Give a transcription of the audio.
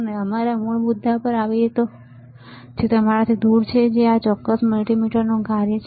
અને અમે અમારા મૂળ મુદ્દા પર પાછા આવીએ છીએ જે તમારાથી દૂર છે આ ચોક્કસ મલ્ટિમીટરનું કાર્ય છે